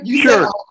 sure